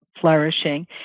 flourishing